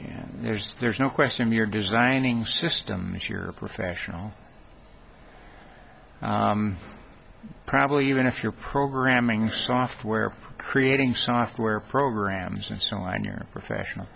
there's there's no question you're designing systems if you're a professional probably even if you're programming software creating software programs and so on your professional